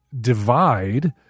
divide